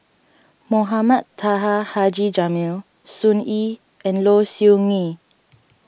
Mohamed Taha Haji Jamil Sun Yee and Low Siew Nghee